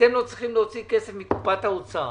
אתם לא צריכים להוציא כסף מקופת האוצר